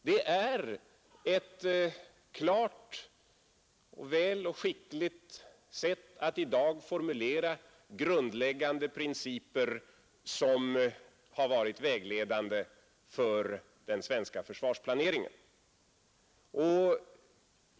Det är ett klart och skickligt sätt att i dag formulera grundläggande principer som varit vägledande för den svenska försvarsplaneringen.